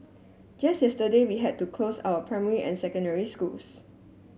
just yesterday we had to close our primary and secondary schools